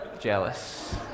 jealous